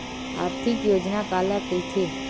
आर्थिक योजना काला कइथे?